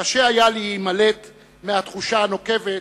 קשה היה להימלט מהתחושה הנוקבת,